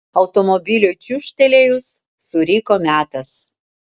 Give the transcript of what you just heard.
automobiliui čiūžtelėjus suriko metas